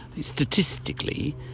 statistically